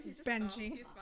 Benji